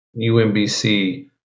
UMBC